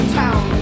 town